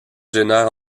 génère